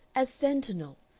as sentinel.